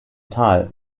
tal